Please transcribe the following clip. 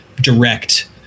direct